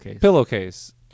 pillowcase